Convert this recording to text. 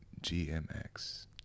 gmx